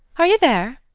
are you there?